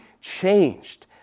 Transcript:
changed